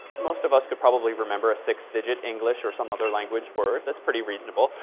most of us could probably remember a six digit english or some other language word. that's pretty reasonable.